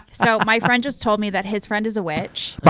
so my friend just told me that his friend is a witch. but